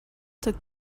took